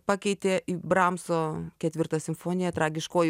pakeitė į bramso ketvirtą simfoniją tragiškoji